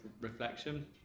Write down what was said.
reflection